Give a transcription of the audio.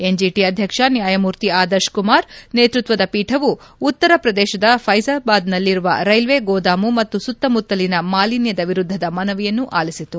N G T ಅಧ್ಯಕ್ಷ ನ್ವಾಯಮೂರ್ತಿ ಆದರ್ಶ್ ಕುಮಾರ್ ನೇತೃತ್ವದ ಪೀಠವು ಉತ್ತರ ಪ್ರದೇಶದ ಫೈಜಾಬಾದ್ನ್ನಲ್ಲಿರುವ ರೈಲ್ವೆ ಗೋದಾಮು ಮತ್ತು ಸುತ್ತಮುತ್ತಲಿನ ಮಾಲಿನ್ಯದ ವಿರುದ್ಧದ ಮನವಿಯನ್ನು ಆಲಿಸಿತು